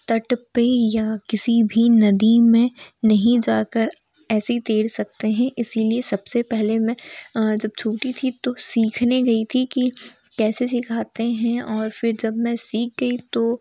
तट पे या किसी भी नदी में नहीं जाकर ऐसे ही तैर सकते हैं इसीलिए सबसे पहले मैं जब छोटी थी तो सीखने गई थी कि कैसे सिखाते हैं और फ़िर जब मैं सीख गई तो